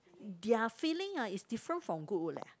their filling ah is different from Goodwood leh